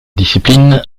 discipline